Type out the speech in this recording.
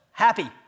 happy